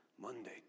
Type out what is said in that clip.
Monday